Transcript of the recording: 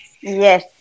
Yes